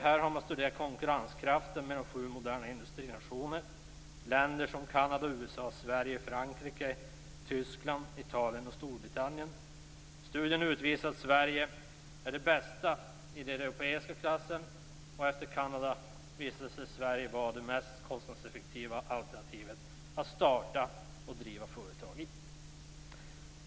Man har studerat konkurrenskraften i sju moderna industrinationer, länder som Kanada, USA, Sverige, Frankrike, Tyskland, Italien och Storbritannien. Studien utvisar att Sverige är det bästa landet i den europeiska klassen, och efter Kanada visade sig Sverige vara det mest kostnadseffektiva alternativet att starta och driva företag i.